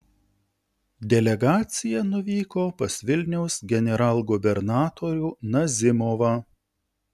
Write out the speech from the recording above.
delegacija nuvyko pas vilniaus generalgubernatorių nazimovą